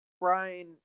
Brian